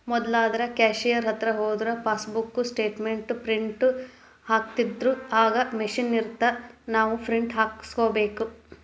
ಮೊದ್ಲಾದ್ರ cashier ಹತ್ರ ಹೋದ್ರ passbook statement print ಹಾಕ್ತಿತ್ದ್ರುಈಗ ಮಷೇನ್ ಇರತ್ತ ನಾವ ಪ್ರಿಂಟ್ ಹಾಕಸ್ಕೋಬೇಕ